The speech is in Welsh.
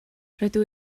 rydw